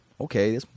Okay